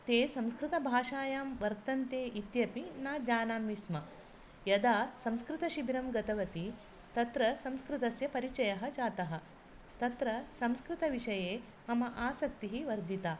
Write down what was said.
ते संस्कृतभाषायां वर्तन्ते इत्यपि न जानामि स्म यदा संस्कृतशिबिरं गतवती तत्र संस्कृतस्य परिचयः जातः तत्र संस्कृतविषये मम आसक्तिः वर्धिता